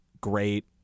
great